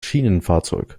schienenfahrzeug